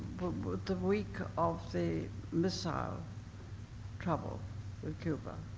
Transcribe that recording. but the week of the missile trouble in cuba.